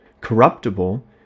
Corruptible